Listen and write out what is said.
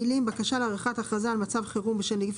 המילים "בקשה להארכת הכרזה על מצב חירום בשל נגיף